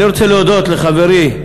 אני רוצה להודות לחברי,